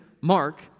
Mark